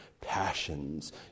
passions